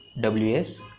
WS